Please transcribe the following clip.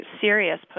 serious